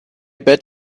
bet